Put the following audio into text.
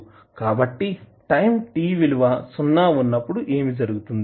కాబట్టి time t విలువ సున్నా వున్నప్పుడు ఏమి జరుగుతుంది